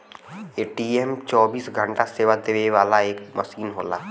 ATM चौबीस घंटा सेवा देवे वाला एक मसीन होला